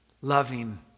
loving